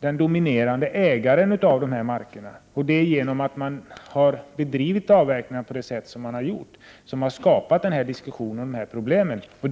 den dominerande ägaren av dessa marker. Det är domänverkets sätt att bedriva avverkningar som har gjort att dessa diskussioner och problem har uppstått.